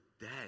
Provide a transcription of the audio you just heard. dead